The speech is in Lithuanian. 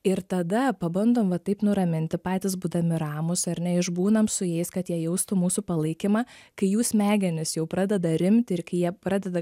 ir tada pabandom va taip nuraminti patys būdami ramūs ar ne išbūnam su jais kad jie jaustų mūsų palaikymą kai jų smegenys jau pradeda rimti ir kai jie pradeda